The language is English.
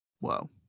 Whoa